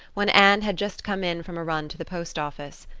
when anne had just come in from a run to the post office.